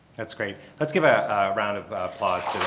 that's great. let's give a round of applause to